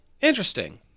Interesting